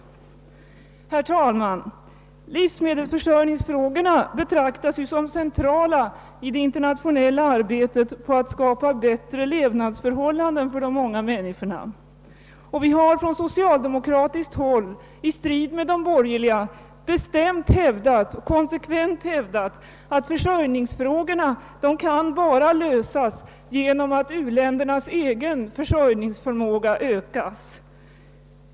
Herr talman! Livsmedelsförsörjningsfrågorna betraktas som centrala i det internationella arbetet på att skapa bättre förhållanden för de många människorna. Vi har på socialdemokratiskt håll i strid med de borgerliga bestämt och konsekvent hävdat att försörjningsfrågorna bara kan lösas genom att uländernas egen = försörjningsförmåga ökas.